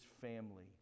family